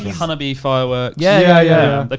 hana-bi fireworks? yeah, yeah but